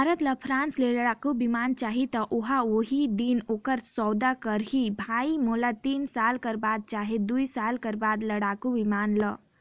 भारत ल फ्रांस ले लड़ाकु बिमान चाहीं त ओहा उहीं दिन ओखर सौदा करहीं भई मोला तीन साल कर बाद चहे दुई साल बाद लड़ाकू बिमान ल